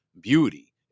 beauty